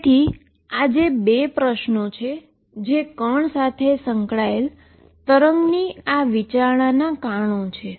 તેથી 2 પ્રશ્નો જે સ્પીડ સાથે સંકળાયેલ વેવનીઆ વિચારણાના કારણો છે